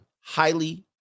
Highly